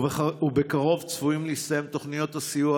ובקרוב צפויות להסתיים תוכניות הסיוע